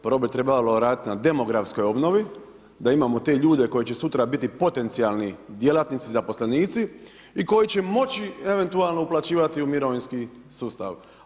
Prvo bi trebalo raditi na demografskoj obnovi, da imamo te ljudi koji će sutra biti potencijalni djelatnici, zaposlenici i koji će moći eventualno uplaćivati u mirovinski sustav.